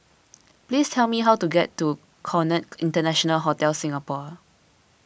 please tell me how to get to Conrad International Hotel Singapore